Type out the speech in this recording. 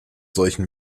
solchen